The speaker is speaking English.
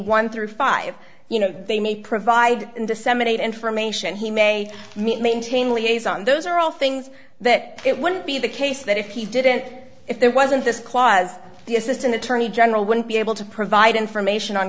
one through five you know they may provide disseminate information he may meet maintain liaison those are all things that it wouldn't be the case that if he didn't if there wasn't this clause the assistant attorney general wouldn't be able to provide information on